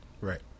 right